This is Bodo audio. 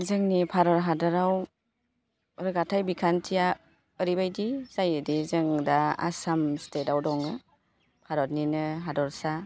जोंनि भारत हादराव रोगाथाइ बिखान्थिया ओरैबायदि जायोदि जोङो दा आसाम स्टेटआव दङ भारतनिनो हादरसा